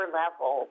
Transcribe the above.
level